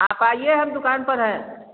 आप आइए हम दुकान पर हैं